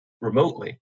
remotely